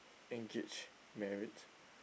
engaged married